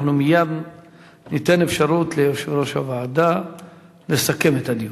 אנחנו מייד ניתן אפשרות ליושב-ראש הוועדה לסכם את הדיון.